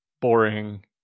boring